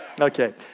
Okay